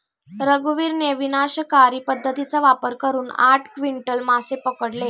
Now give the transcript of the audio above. रघुवीरने विनाशकारी पद्धतीचा वापर करून आठ क्विंटल मासे पकडले